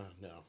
no